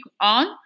on